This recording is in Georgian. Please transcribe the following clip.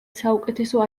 საუკეთესო